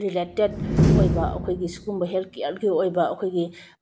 related ꯑꯣꯏꯕ ꯑꯩꯈꯣꯏꯒꯤ ꯁꯤꯒꯨꯝꯕ ꯍꯦꯜꯠ ꯀꯤꯌꯔꯒꯤ ꯑꯣꯏꯕ ꯑꯩꯈꯣꯏꯒꯤ